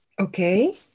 Okay